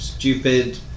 Stupid